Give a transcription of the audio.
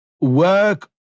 work